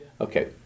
Okay